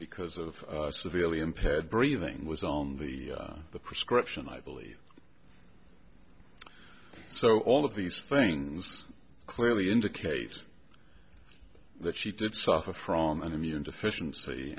because of severely impaired breathing was on the prescription i believe so all of these things clearly indicate that she did suffer from an immune deficiency